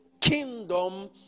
kingdom